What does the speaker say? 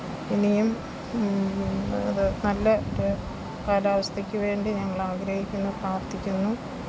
ഇനിയും ഇതു നല്ല ഒരു കാലാവസ്ഥയ്ക്കു വേണ്ടി ഞങ്ങളാഗ്രഹിക്കുന്നു പ്രാര്ത്ഥിക്കുന്നു